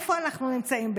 איפה אנחנו נמצאים?